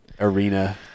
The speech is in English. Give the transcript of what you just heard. Arena